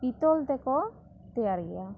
ᱯᱤᱛᱚᱞ ᱛᱮᱠᱚ ᱛᱮᱭᱟᱨ ᱜᱮᱭᱟ